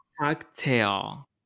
Cocktail